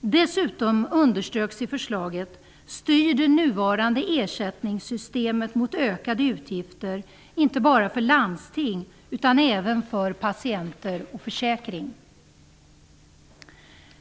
Dessutom underströks i förslaget att det nuvarande ersättningssystemet styr mot ökade utgifter inte bara för landsting utan även för patienter och försäkring.